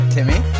Timmy